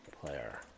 player